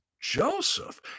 Joseph